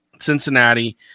Cincinnati